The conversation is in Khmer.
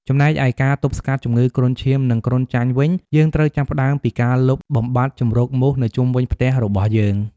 ចំណែកឯការទប់ស្កាត់ជំងឺគ្រុនឈាម និងគ្រុនចាញ់វិញ យើងត្រូវចាប់ផ្តើមពីការលុបបំបាត់ជម្រកមូសនៅជុំវិញផ្ទះរបស់យើង។